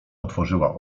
otworzyła